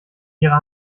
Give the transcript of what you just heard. ihrer